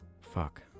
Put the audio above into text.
Fuck